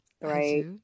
right